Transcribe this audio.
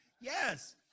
Yes